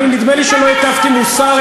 נדמה לי שלא הטפתי מוסר,